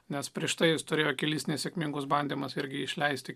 nes prieš tai jis turėjo kelis nesėkmingus bandymas irgi išleisti